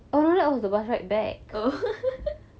oh